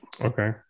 Okay